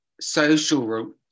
social